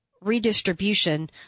redistribution